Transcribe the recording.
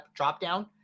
dropdown